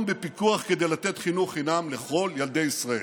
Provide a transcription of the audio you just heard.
בפיקוח כדי לתת חינוך חינם לכל ילדי ישראל,